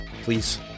please